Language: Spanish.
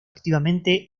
activamente